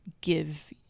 give